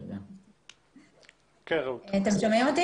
תודה רבה.